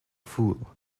fool